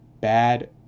bad